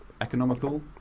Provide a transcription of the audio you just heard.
economical